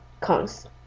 cons